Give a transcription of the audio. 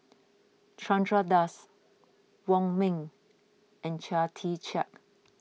Chandra Das Wong Ming and Chia Tee Chiak